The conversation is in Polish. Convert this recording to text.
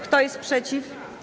Kto jest przeciw?